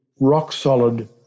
rock-solid